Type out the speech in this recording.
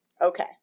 okay